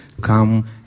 Come